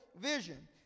vision